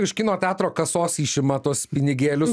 iš kino teatro kasos išima tuos pinigėlius